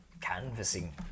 canvassing